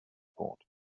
thought